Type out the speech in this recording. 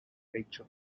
nature